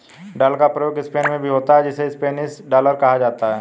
dollar का प्रयोग Spain में भी होता है जिसे स्पेनिश डॉलर कहा जाता है